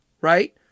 right